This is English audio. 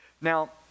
Now